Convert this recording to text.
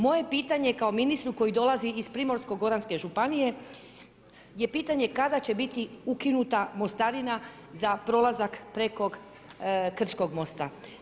Moje pitanje, kao ministru, koji dolazi iz Primorsko goranske županije, je pitanje kada će biti ukinuta mostarina za prolazak preko Krčkog mosta?